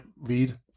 lead